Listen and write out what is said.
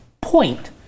point